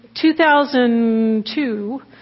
2002